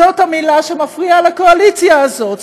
זאת המילה שמפריעה לקואליציה הזאת.